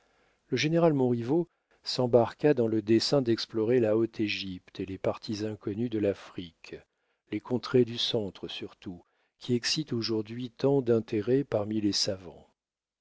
le général montriveau s'embarqua dans le dessein d'explorer la haute égypte et les parties inconnues de l'afrique les contrées du centre surtout qui excitent aujourd'hui tant d'intérêt parmi les savants